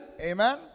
Amen